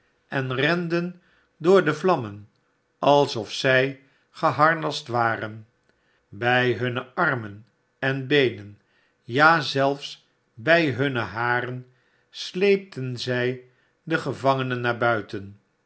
en renden door de vlammen alsof zij geharnast waren bij bunne armen en beenen ja zelfs bij hunne haren sleepten zij de gevangenen naar buiten